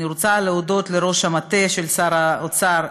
אני רוצה להודות לראש המטה של שר האוצר,